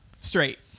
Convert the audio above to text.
straight